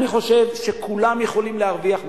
אני חושב שכולם יכולים להרוויח מזה.